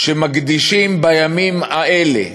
שמקדישים בימים האלה